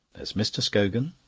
there's mr. scogan,